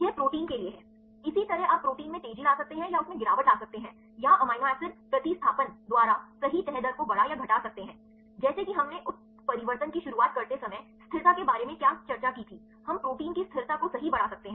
ये प्रोटीन के लिए हैं इसी तरह आप प्रोटीन में तेजी ला सकते हैं या उसमें गिरावट ला सकते हैं या एमिनो एसिड प्रतिस्थापन द्वारा सही तह दर को बढ़ा या घटा सकते हैं जैसे कि हमने उत्परिवर्तन की शुरुआत करते समय स्थिरता के बारे में क्या चर्चा की थी हम प्रोटीन की स्थिरता को सही बढ़ा सकते हैं